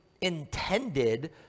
intended